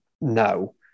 No